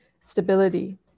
stability